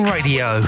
Radio